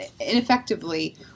ineffectively